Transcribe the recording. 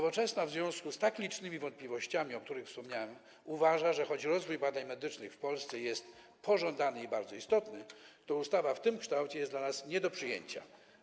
W związku z tak licznymi wątpliwościami, o których wspomniałem, Nowoczesna uważa, że choć rozwój badań medycznych w Polsce jest pożądany i bardzo istotny, to ustawa w tym kształcie jest nie do przyjęcia.